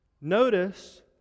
notice